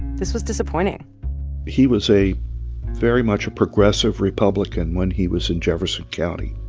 this was disappointing he was a very much a progressive republican when he was in jefferson county.